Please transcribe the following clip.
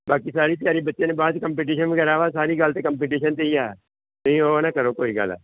ਬਾਕੀ ਸਾਰੀ ਤਿਆਰੀ ਬੱਚਿਆਂ ਨੇ ਬਾਅਦ 'ਚ ਕੰਪਟੀਸ਼ਨ ਵਗੈਰਾ ਵਾ ਸਾਰੀ ਗੱਲ ਤਾਂ ਕੰਪੀਟੀਸ਼ਨ 'ਤੇ ਹੀ ਆ ਤੁਸੀਂ ਉਹ ਨਾ ਕਰੋ ਕੋਈ ਗੱਲ